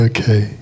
Okay